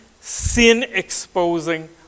sin-exposing